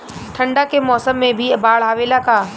ठंडा के मौसम में भी बाढ़ आवेला का?